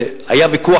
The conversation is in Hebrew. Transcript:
היה ויכוח